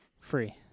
free